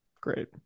Great